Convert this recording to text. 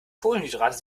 kohlenhydrate